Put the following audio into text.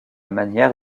manière